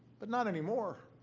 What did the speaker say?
but not anymore.